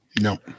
No